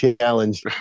challenge